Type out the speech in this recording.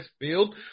field